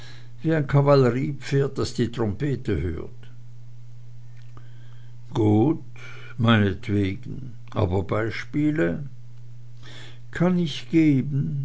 wie ein kavalleriepferd das die trompete hört gut meinetwegen aber beispiele kann ich geben